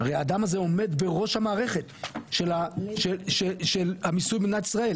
הרי הבן אדם הזה עומד בראש המערכת של המיסוי במדינת ישראל,